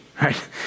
right